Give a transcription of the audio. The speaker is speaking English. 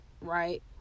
right